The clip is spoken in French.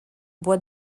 bois